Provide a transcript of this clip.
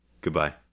Goodbye